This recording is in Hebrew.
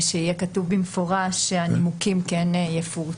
שיהיה כתוב במפורש שהנימוקים כן יפורטו.